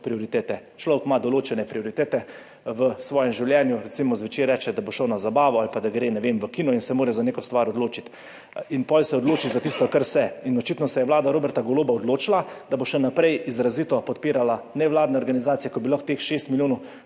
prioritete. Človek ima določene prioritete v svojem življenju, recimo zvečer reče, da bo šel na zabavo ali pa da gre, ne vem, v kino in se mora za neko stvar odločiti in pol se odloči za tisto, kar se. In očitno se je Vlada Roberta Goloba odločila, da bo še naprej izrazito podpirala nevladne organizacije, ko bi lahko teh 6 milijonov